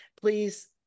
please